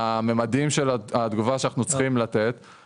מה הממדים של התגובה שאנחנו צריכים לתת,